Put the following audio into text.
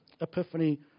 epiphany